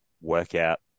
workout